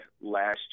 last